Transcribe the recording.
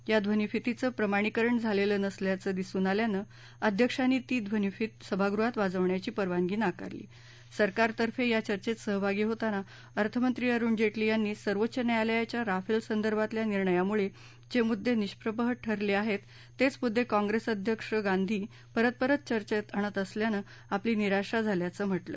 या ध्वनीफीतीचं प्रमाणीकरण झालेलं नसल्याचं दिसून आल्यानं अध्यक्षांनी सरकारतफें या चचेंत सहभागी होताना अर्थमंत्री अरुण जेटली यांनी सर्वोच्च न्यायालयाच्या राफेलसंदर्भातल्या निर्णयामुळे जे मुद्दे निष्प्रभ ठरले आहेत तेच मुद्दे काँप्रेस अध्यक्ष गांधी परत परत चर्चेत आणत असल्यानं आपली निराशा झाल्याचं म्हटलं